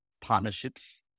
partnerships